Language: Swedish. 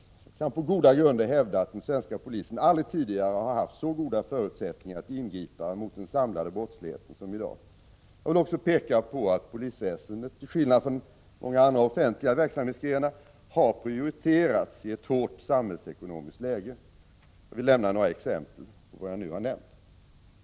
Jag kan på goda grunder hävda att den svenska polisen aldrig tidigare har haft så bra förutsättningar att ingripa mot den samlade brottsligheten som i dag. Jag vill också peka på att polisväsendet, till skillnad från många andra offentliga verksamhetsgrenar, har prioriterats i ett hårt samhällsekonomiskt läge. Jag vill lämna några exempel på vad jag nu har nämnt.